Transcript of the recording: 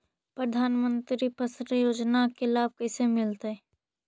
प्रधानमंत्री फसल योजना के लाभ कैसे मिलतै?